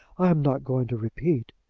i am not going to repeat.